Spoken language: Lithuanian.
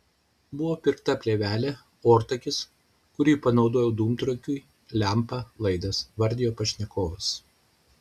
buvo pirkta plėvelė ortakis kurį panaudojau dūmtraukiui lempa laidas vardijo pašnekovas